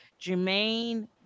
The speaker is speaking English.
Jermaine